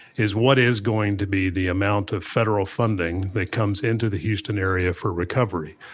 is what is going to be the amount of federal funding that comes into the houston area for recovery.